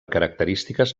característiques